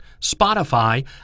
Spotify